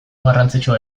garrantzitsua